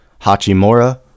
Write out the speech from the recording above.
Hachimura